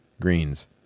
greens